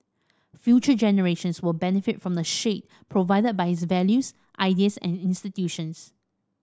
future generations will benefit from the shade provided by his values ideas and institutions